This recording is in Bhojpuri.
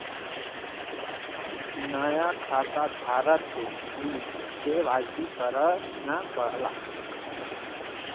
नया खाताधारक के भी के.वाई.सी करना पड़ला